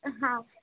હા